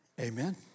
Amen